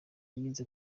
yagize